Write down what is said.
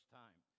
time